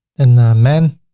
and men